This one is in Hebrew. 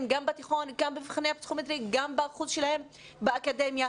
ובתיכון וגם במבחנים הפסיכומטריים וגם בשיעורם באקדמיה.